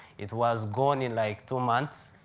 it was gone in like two months,